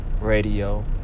Radio